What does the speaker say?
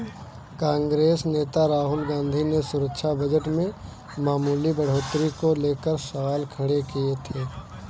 कांग्रेस नेता राहुल गांधी ने रक्षा बजट में मामूली बढ़ोतरी को लेकर सवाल खड़े किए थे